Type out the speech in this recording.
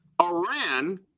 Iran